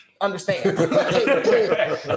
understand